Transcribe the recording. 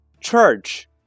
Church